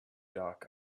dark